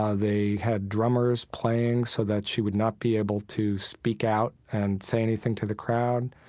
ah they had drummers playing so that she would not be able to speak out and say anything to the crowd.